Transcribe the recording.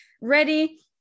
ready